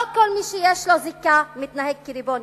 ולא כל מי שיש לו זיקה מתנהג כריבון.